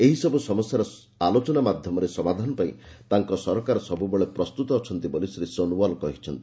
ଏହି ସବୁ ସମସ୍ୟାର ଆଲୋଚନା ମାଧ୍ୟମରେ ସମାଧାନ ପାଇଁ ତାଙ୍କ ସରକାର ସବୁବେଳେ ପ୍ରସ୍ତୁତ ଅଛନ୍ତି ବୋଲି ଶ୍ରୀ ସୋନୱାଲ କହିଛନ୍ତି